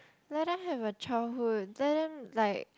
let them have a childhood let them like